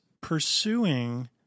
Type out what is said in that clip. pursuing